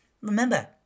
remember